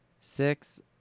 Six